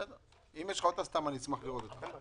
בסדר, אשמח לראות אותה.